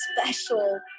special